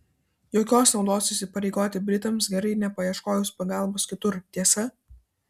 jokios naudos įsipareigoti britams gerai nepaieškojus pagalbos kitur tiesa